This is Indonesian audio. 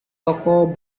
toko